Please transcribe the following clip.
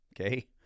Okay